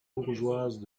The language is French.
bourgeoise